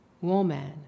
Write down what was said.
woman